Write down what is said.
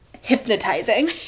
hypnotizing